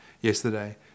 yesterday